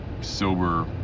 sober